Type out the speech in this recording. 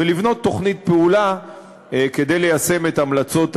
ולבנות תוכנית פעולה כדי ליישם את המלצות הוועדה,